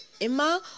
Emma